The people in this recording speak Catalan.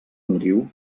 motiu